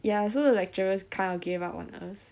ya so the lecturers kind of gave up on us